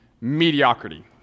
mediocrity